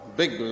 big